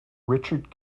richard